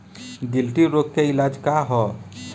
गिल्टी रोग के इलाज का ह?